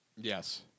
Yes